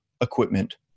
equipment